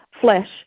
flesh